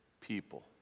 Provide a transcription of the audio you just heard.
people